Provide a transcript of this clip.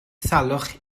salwch